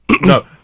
No